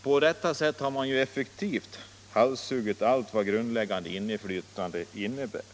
På detta sätt har man effektivt halshuggit allt vad grundläggande inflytande innebär.